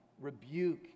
rebuke